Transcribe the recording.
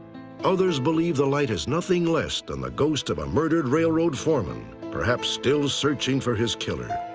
others believe the light is nothing less than the ghost of a murdered railroad foreman, perhaps still searching for his killer.